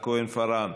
כהן-פארן,